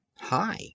Hi